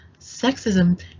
sexism